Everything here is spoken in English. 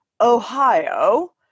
Ohio